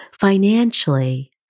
financially